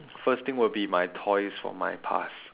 first thing will be my toys from my past